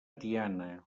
tiana